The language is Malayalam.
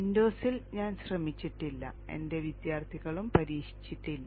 വിൻഡോസിൽ ഞാൻ ശ്രമിച്ചിട്ടില്ല എന്റെ വിദ്യാർത്ഥികളും പരീക്ഷിച്ചിട്ടില്ല